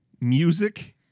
music